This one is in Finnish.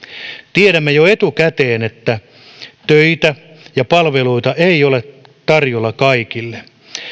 tiedämme jo etukäteen että töitä ja palveluita ei ole tarjolla kaikille